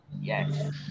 yes